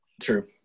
True